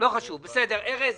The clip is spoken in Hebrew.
ארז,